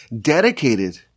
dedicated